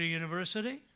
university